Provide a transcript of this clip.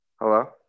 Hello